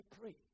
pray